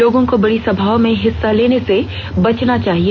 लोगों को बड़ी सभाओं में हिस्सा लेने से बचना चाहिए